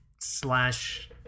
slash